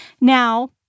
Now